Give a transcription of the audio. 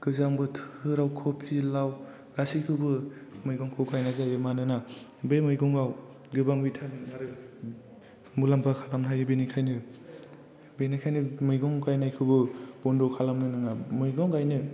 गोजां बोथोराव कबि लाव गासैखौबो मैगंखौ गायनाय जायो मानोना बे मैगङाव गोबां भिटामिन आरो मुलाम्फा खालामनो हायो बेनिखायनो मैगं गायनायखौबो बन्द' खालामनो नाङा मैगं गायनो